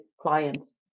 clients